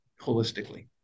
holistically